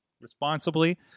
responsibly